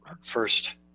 first